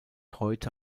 heute